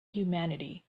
humanity